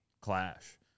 Clash